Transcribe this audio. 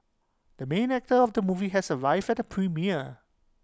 the main actor of the movie has arrived at the premiere